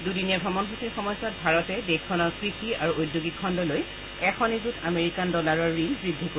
দুদিনীয়া ভ্ৰমণ সূচীৰ সময়ছোৱাত ভাৰতে দেশখনৰ কৃষি আৰু ঔদ্যোগিক খণ্ডলৈ এশ নিযুত আমেৰিকান ডলাৰৰ ঋণ বৃদ্ধি কৰিব